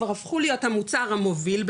כבר הפכו להיות המוצר המוביל,